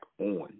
on